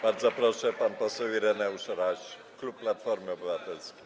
Bardzo proszę, pan poseł Ireneusz Raś, klub Platformy Obywatelskiej.